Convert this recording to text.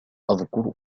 أذكر